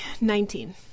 Nineteen